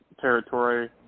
territory